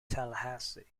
tallahassee